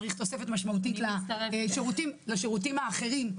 צריך תוספת משמעותית לשירותים האחרים,